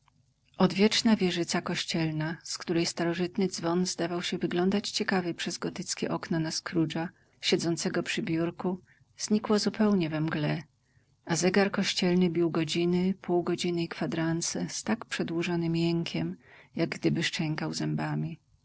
odwieczna wieżyca kościelna z której starożytny dzwon zdawał się wyglądać ciekawie przez gotyckie okno na scroogea siedzącego przy biurku znikła zupełnie we mgle a zegar kościelny bił godziny pół godziny i kwadranse z tak przedłużonym jękiem jak gdyby szczękał zębami